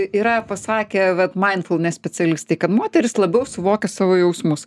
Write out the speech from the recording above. i yra pasakę vat mindfulness specialistai kad moterys labiau suvokia savo jausmus